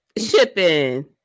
shipping